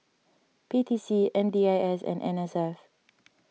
P T C M D I S and N S F